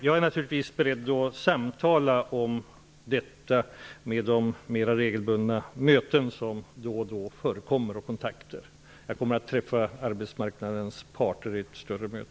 Jag är naturligtvis beredd att samtala om detta i de mer regelbundna möten och kontakter som då och då förekommer. Jag kommer inom kort att träffa arbetsmarknadens parter i ett större möte.